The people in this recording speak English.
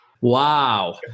Wow